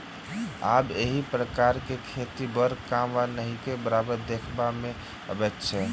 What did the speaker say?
आब एहि प्रकारक खेती बड़ कम वा नहिके बराबर देखबा मे अबैत अछि